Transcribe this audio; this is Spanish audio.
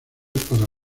para